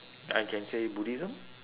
I can say buddhism